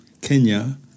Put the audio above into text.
Kenya